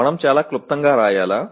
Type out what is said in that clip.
మనం చాలా క్లుప్తంగా రాయాలా